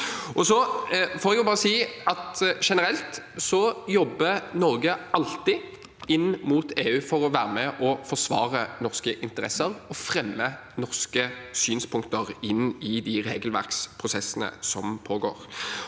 generelt jobber Norge alltid inn mot EU for å være med og forsvare norske interesser og fremme norske synspunkter i regelverksprosessene som pågår.